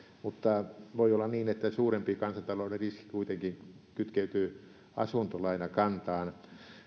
mutta voi olla niin että suurempi kansantalouden riski kuitenkin kytkeytyy asuntolainakantaan